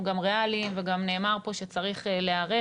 גם ריאליים וגם נאמר פה שצריך להיערך,